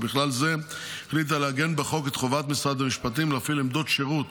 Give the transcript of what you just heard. ובכלל זה החליטה לעגן בחוק את חובת משרד המשפטים להפעיל עמדות שירות